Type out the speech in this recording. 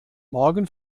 morgen